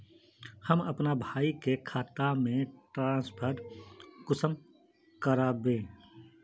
हम अपना भाई के खाता में ट्रांसफर कुंसम कारबे?